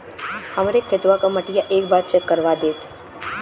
हमरे खेतवा क मटीया एक बार चेक करवा देत?